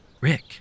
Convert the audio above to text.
Rick